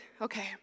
okay